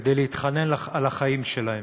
כדי להתחנן על החיים שלהם.